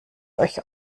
euch